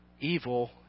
evil